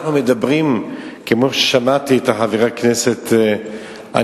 אז כפי ששמענו באותה שיחה מרתקת של